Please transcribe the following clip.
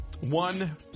one